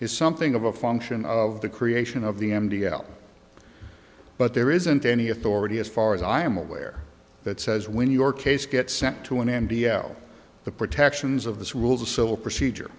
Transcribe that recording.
here is something of a function of the creation of the m t l but there isn't any authority as far as i am aware that says when your case gets sent to an end to the protections of this rules of civil procedure